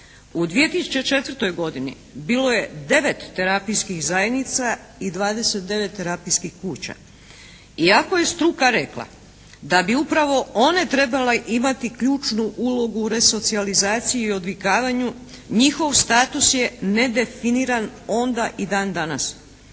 U 2004. godini bilo je 9 terapijskih zajednica i 29 terapijskih kuća. Iako je struka rekla da bi upravo one trebale imati ključnu ulogu u resocijalizaciji i odvikavanju njihov status je nedifiniran onda i dan danas.